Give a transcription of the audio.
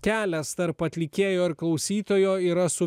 kelias tarp atlikėjo ir klausytojo yra su